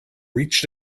reached